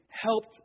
helped